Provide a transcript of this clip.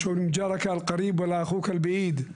כמו שאומרים גַ'ארַכּ אְלְקַרִיבּ וַלַא אַח'וּכּ אְלְבַּעִיד,